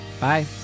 Bye